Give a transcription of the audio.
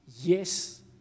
Yes